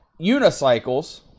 unicycles